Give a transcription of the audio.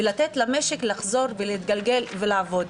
ולתת למשק לחזור ולהתגלגל ולעבוד,